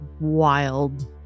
wild